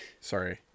Sorry